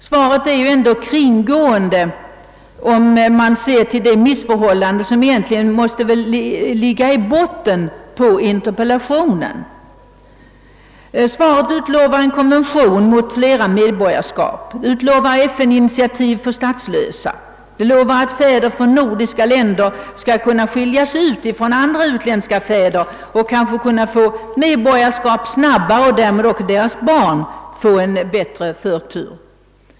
Svaret är ändå kringgående, om man ser till de missförhållanden, som måste ligga i botten för interpellationen. Svaret utlovar en konvention mot flera medborgarskap, utlovar FN-initiativ för statslösa och lovar att fäder från nordiska länder skall kunna skiljas från andra utländska fäder och kanske kunna få medborgarskap snabbare och därmed också deras barn få en bättre förtur.